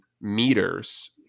meters